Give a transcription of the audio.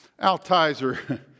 Altizer